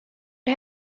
det